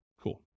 Cool